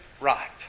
right